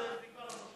זה כבר,